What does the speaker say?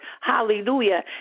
Hallelujah